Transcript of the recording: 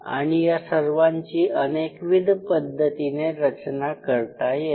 आणि या सर्वांची अनेकविध पद्धतीने रचना करता येते